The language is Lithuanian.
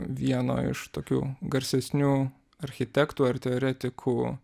vieno iš tokių garsesnių architektų ar teoretikų